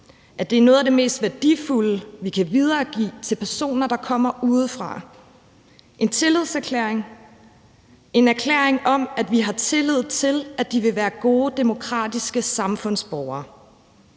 at det er noget af det mest værdifulde, vi kan videregive til personer, der kommer udefra, en tillidserklæring, en erklæring om, at vi har tillid til, at de vil være gode demokratiske samfundsborgere.